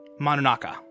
Manunaka